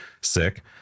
sick